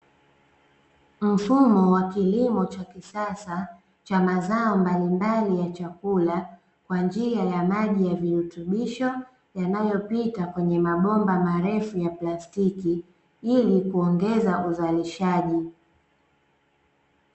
Mfumo wa kilimo cha kisasa cha mazao mbalimbali ya chakula kwa njia ya maji ya virutubisho yanayopita kwenye mabomba marefu ya plastiki ili kuongeza uzalishaji.